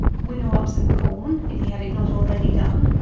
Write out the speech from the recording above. winnow up some corn, if he had it not already done,